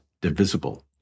divisible